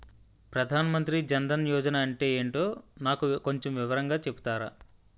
ప్రధాన్ మంత్రి జన్ దన్ యోజన అంటే ఏంటో నాకు కొంచెం వివరంగా చెపుతారా?